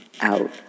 out